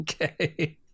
Okay